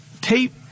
tape